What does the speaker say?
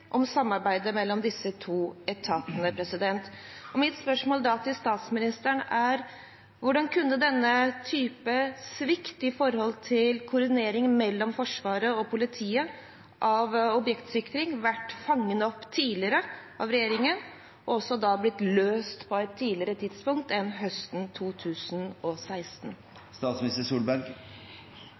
om samarbeidet mellom disse to etatene. Mitt spørsmål til statsministeren er da: Hvordan kunne denne type svikt i koordineringen mellom Forsvaret og politiet av objektsikring vært fanget opp tidligere av regjeringen og da også blitt løst på et tidligere tidspunkt enn høsten 2016?